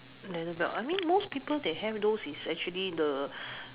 leather bag I mean most people they have those is actually the